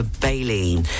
Bailey